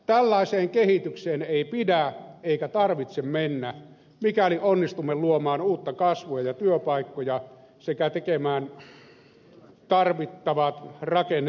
tällaiseen kehitykseen ei pidä eikä tarvitse mennä mikäli onnistumme luomaan uutta kasvua ja työpaikkoja sekä tekemään tarvittavat rakenneuudistukset